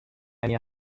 many